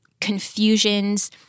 confusions